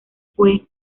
fue